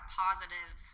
positive